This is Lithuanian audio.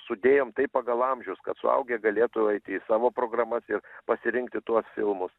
sudėjom taip pagal amžius kad suaugę galėtų eit į savo programas ir pasirinkti tuos filmus